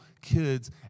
kids